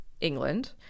England